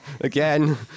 again